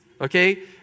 Okay